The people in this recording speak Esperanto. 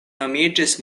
nomiĝis